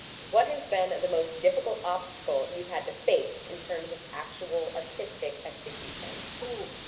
what has been the most difficult obstacle you've had to face in terms of actual artistic execution? oh,